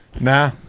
Nah